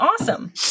awesome